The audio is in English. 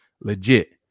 legit